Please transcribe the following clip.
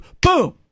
Boom